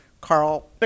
Carl